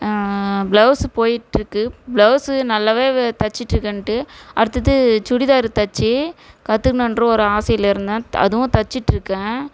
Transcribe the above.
blouse போயிட்டுருக்கு blouse நல்லாவே தச்சுட்ருக்கேன்ட்டு அடுத்தது சுடிதாரு தச்சு கற்றுக்கணுன்ற ஒரு ஆசையில இருந்தேன் அதுவும் தச்சிட்டுருக்கேன்